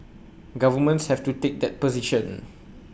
governments have to take that position